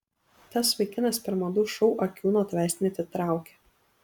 tas vaikinas per madų šou akių nuo tavęs neatitraukė